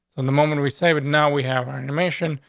and the moment we we saved. now we have our animation.